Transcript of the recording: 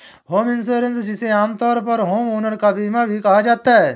home insurance जिसे आमतौर पर होमओनर का बीमा भी कहा जाता है